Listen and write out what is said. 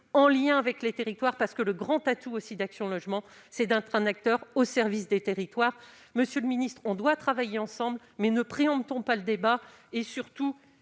en lien avec les territoires, et le grand atout d'Action Logement, c'est aussi d'être un acteur au service des territoires. Monsieur le ministre, nous devons travailler ensemble, mais ne préemptons pas le débat. Il serait